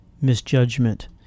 misjudgment